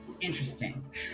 interesting